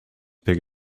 pick